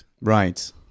Right